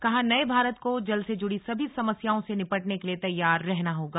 कहा नये भारत को जल से जुड़ी सभी समस्याओं से निपटने के लिए तैयार रहना होगा